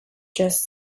just